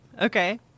Okay